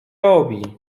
robi